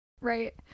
Right